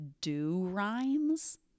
Do-Rhymes